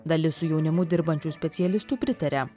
dalis su jaunimu dirbančių specialistų pritaria